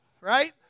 right